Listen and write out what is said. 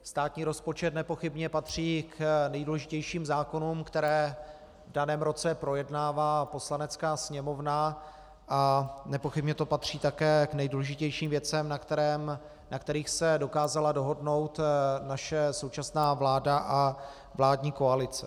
Státní rozpočet nepochybně patří k nejdůležitějším zákonům, které v daném roce projednává Poslanecká sněmovna, a nepochybně to patří také k nejdůležitějším věcem, na kterých se dokázala dohodnout naše současná vláda a vládní koalice.